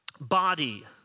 body